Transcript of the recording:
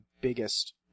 biggest